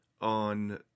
on